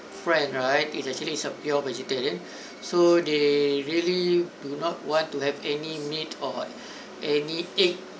friend right is actually is a pure vegetarian so they really do not want to have any meat or any egg